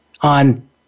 on